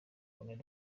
col